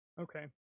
Okay